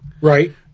Right